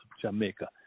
Jamaica